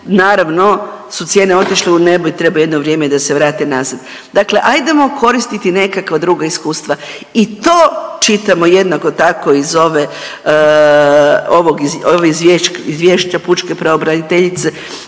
naravno su cijene otišle u nebo i treba jedno vrijeme da se vrate nazad. Dakle, hajdemo koristiti nekakva druga iskustva. I to čitamo jednako tako iz ovog Izvješća pučke pravobraniteljice.